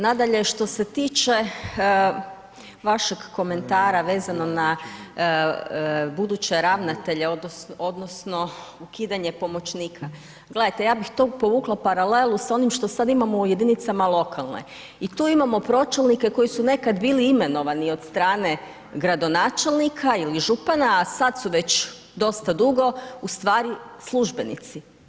Nadalje što se tiče vašeg komentara vezano na buduće ravnatelje odnosno ukidanje pomoćnika, gledajte, ja bih tu povukla paralelu sa onim što sad imamo u jedinicama lokalne i tu imamo pročelnike koji su nekad bili imenovani od strane gradonačelnika ili župana a sad su već dosta dugo ustvari službenici.